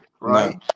right